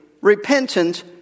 repentant